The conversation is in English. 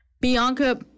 bianca